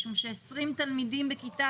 משום שאם יש 20 תלמידים בכיתה,